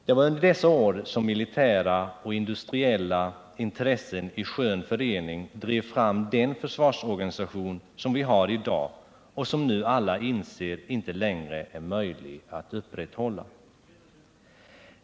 Det var under dessa år som militära och industriella intressen i skön förening drev fram den försvarsorganisation som vi har i dag och som nu alla inser inte längre är möjlig att upprätthålla.